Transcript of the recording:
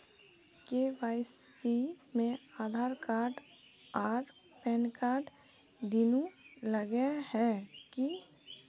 KYC में Aadhaar card आर pan card दुनू लगे है की?